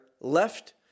left